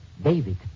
David